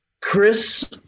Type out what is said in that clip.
Chris